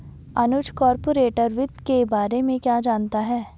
अनुज corporate वित्त के बारे में क्या जानता है?